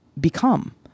become